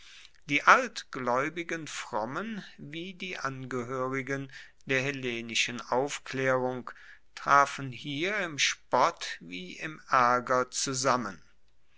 die altglaeubigen frommen wie die angehoerigen der hellenischen aufklaerung trafen hier im spott wie im aerger zusammen